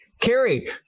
Carrie